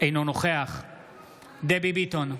אינו נוכח דבי ביטון,